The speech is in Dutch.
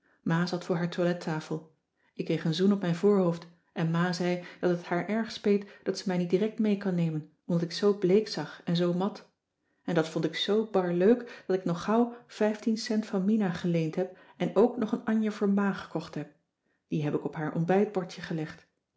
ma zat voor haar toilettafel ik kreeg een zoen op mijn voorhoofd en ma zei dat het haar erg speet dat ze mij niet direct mee kan nemen omdat ik zoo bleek zag en zoo mat en dat vond ik zoo bar leuk dat ik nog gauw vijftien cent van mina geleend heb en ook nog een anjer voor ma gekocht heb die heb ik op haar ontbijtbordje gelegd